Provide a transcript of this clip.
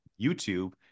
YouTube